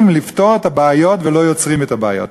לפתור את הבעיות ולא יוצרים את הבעיות.